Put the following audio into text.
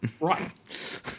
Right